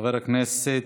חבר הכנסת